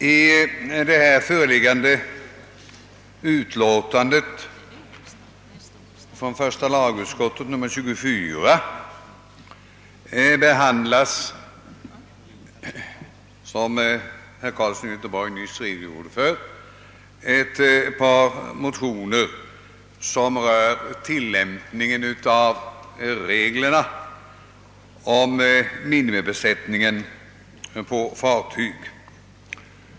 I här föreliggande utlåtande, nr 24, från första lagutskottet behandlas, som herr Carlsson i Göteborg nyss redogjorde för, ett par motioner som rör tillämpningen av reglerna om minimibesättningen på fartyg.